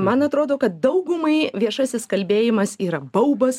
man atrodo kad daugumai viešasis kalbėjimas yra baubas